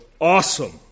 awesome